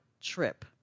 trip